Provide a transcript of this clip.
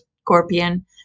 scorpion